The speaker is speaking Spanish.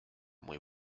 muy